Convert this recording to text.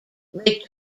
lake